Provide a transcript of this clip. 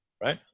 right